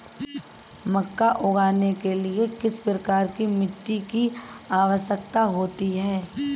मक्का उगाने के लिए किस प्रकार की मिट्टी की आवश्यकता होती है?